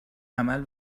عمل